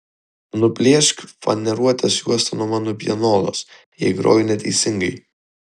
nuplėšk faneruotės juostą nuo mano pianolos jei groju neteisingai